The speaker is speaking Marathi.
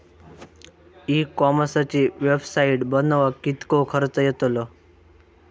ई कॉमर्सची वेबसाईट बनवक किततो खर्च येतलो?